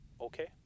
okay